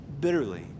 bitterly